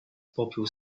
popiół